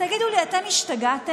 תגידו לי, אתם השתגעתם?